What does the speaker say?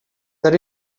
that